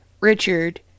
Richard